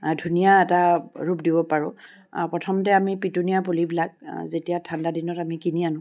ধুনীয়া এটা ৰূপ দিব পাৰো প্ৰথমতে আমি পিটুনিয়া পুলিবিলাক যেতিয়া ঠাণ্ডা দিনত আমি কিনি আনো